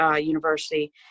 university